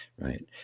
right